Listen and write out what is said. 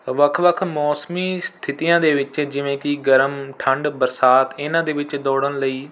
ਵੱਖ ਵੱਖ ਮੌਸਮੀ ਸਥਿਤੀਆਂ ਦੇ ਵਿੱਚ ਜਿਵੇਂ ਕਿ ਗਰਮ ਠੰਢ ਬਰਸਾਤ ਇਹਨਾਂ ਦੇ ਵਿੱਚ ਦੌੜਨ ਲਈ